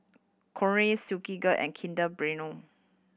Knorr Silkygirl and Kinder